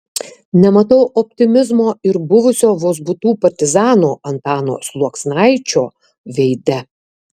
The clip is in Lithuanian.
nematau optimizmo ir buvusio vozbutų partizano antano sluoksnaičio veide